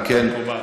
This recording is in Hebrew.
מקובל.